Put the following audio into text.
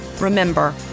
Remember